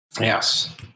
Yes